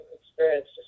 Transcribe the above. experience